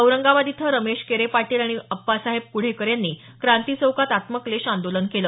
औरंगाबाद इथं रमेश केरे पाटील आणि अप्पासाहेब कृढेकर यांनी क्रांती चौकात आत्मक्लेश आंदोलन केलं